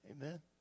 Amen